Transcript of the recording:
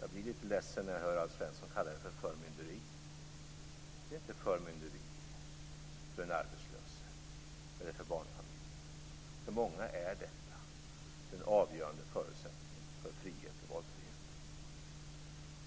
Jag blir litet ledsen när jag hör Alf Svensson kalla det för förmynderi. Det är inte förmynderi för den arbetslöse eller för barnfamiljen. För många är detta den avgörande förutsättningen för frihet och valfrihet.